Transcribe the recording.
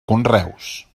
conreus